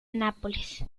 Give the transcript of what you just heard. nápoles